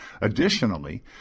Additionally